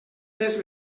més